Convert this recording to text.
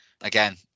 Again